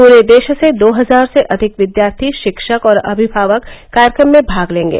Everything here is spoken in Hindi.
पूरे देश से दो हजार से अधिक विद्यार्थी शिक्षक और अभिभावक कार्यक्रम में भाग लेंगे